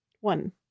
One